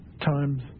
times